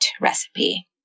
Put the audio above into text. recipe